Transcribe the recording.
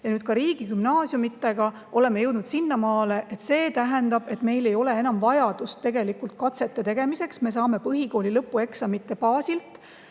Ja nüüd oleme ka riigigümnaasiumidega jõudnud sinnamaale. See tähendab, et meil ei ole enam vajadust katsete tegemiseks. Me saame põhikooli lõpueksamite baasilt